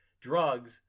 drugs